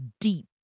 deep